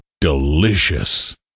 Delicious